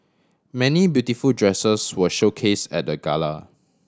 many beautiful dresses were showcase at the gala